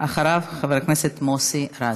אחריו, חבר הכנסת מוסי רז.